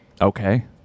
Okay